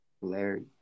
Larry